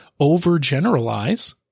overgeneralize